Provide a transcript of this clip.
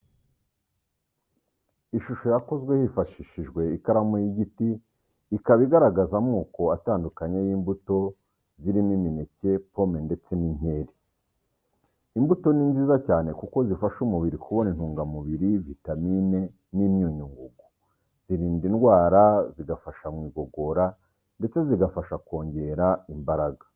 Ishusho yakozwe hifashishijwe ikaramu y'igiti ikaba igaragaza amoko atandukanye y'imbuto zirimo imineke, pome ndetse n'inkeri. Imbuto ni nziza cyane kuko zifasha umubiri kubona intungamubiri, vitamine n'imyunyungugu. Zirinda indwara, zigafasha mu igogora ndetse zigafasha kongera imbaraga.